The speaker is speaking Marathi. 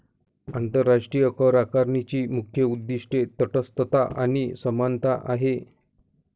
आंतरराष्ट्रीय करआकारणीची मुख्य उद्दीष्टे तटस्थता आणि समानता आहेत